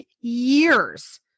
years